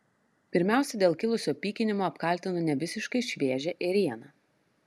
pirmiausia dėl kilusio pykinimo apkaltino nevisiškai šviežią ėrieną